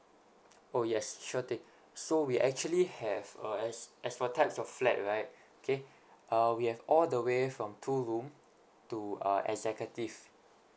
oh yes sure thing so we actually have uh as as for types of flat right okay uh we have all the way from two room to uh executive